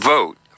Vote